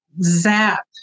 zap